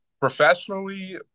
Professionally